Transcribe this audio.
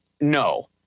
no